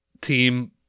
team